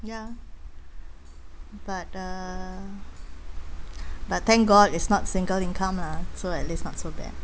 ya but uh but thank god it's not single income lah so at least not so bad